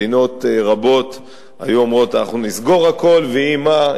מדינות רבות היו אומרות: אנחנו נסגור הכול ויהי מה.